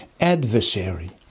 adversary